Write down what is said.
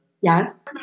Yes